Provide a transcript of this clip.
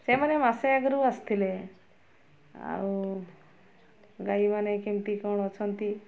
ସେମାନେ ମାସେ ଆଗରୁ ଆସିଥିଲେ ଆଉ ଗାଈମାନେ କେମିତି କ'ଣ ଅଛନ୍ତି